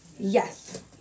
Yes